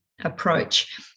approach